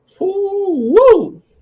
Woo